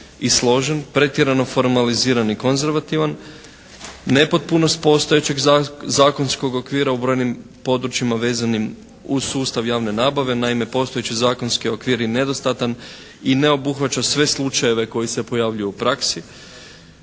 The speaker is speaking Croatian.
i složen, pretjerano formaliziran i konzervativan. Nepotpunost postojećeg zakonskog okvira u brojnim područjima vezanim uz sustav javne nabave. Naime postojeći zakonski okvir je nedostatan i ne obuhvaća sve slučajeve koji se pojavljuju u praksi.